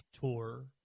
Tour